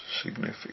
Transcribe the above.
significant